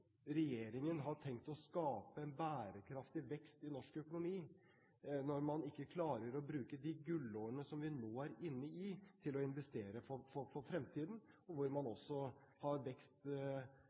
regjeringen har tenkt å skape en bærekraftig vekst i norsk økonomi, når man ikke klarer å bruke de gullårene vi nå er inne i, til å investere for fremtiden, og hvor man også har